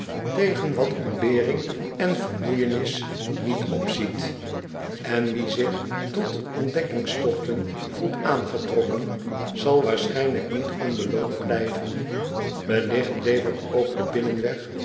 tegen wat ontbering en vermoeijenis niet opziet en wie zich tot ontdekkingstogten voelt aangetrokken zal waarschijnlijk niet onbeloond blijven welligt levert ook de binnenweg